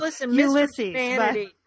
Ulysses